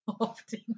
often